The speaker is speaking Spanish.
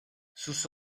sus